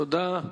תודה.